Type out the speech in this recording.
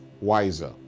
wiser